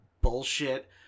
bullshit